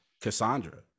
cassandra